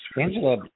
Angela